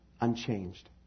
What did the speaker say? unchanged